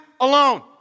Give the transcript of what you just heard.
alone